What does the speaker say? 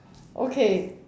okay